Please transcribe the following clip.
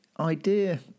idea